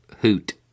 hoot